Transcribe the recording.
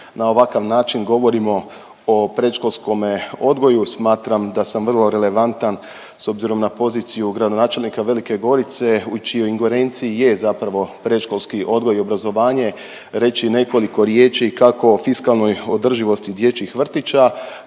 na ovakav način govorimo o predškolskome odgoju i smatram da sam vrlo relevantan s obzirom na poziciju gradonačelnika Velike Gorice u čijoj ingerenciji je zapravo predškolski odgoj i obrazovanje, reći nekoliko riječi kako fiskalnoj održivosti dječjih vrtića,